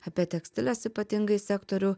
apie tekstilės ypatingai sektorių